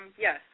yes